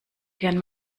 gern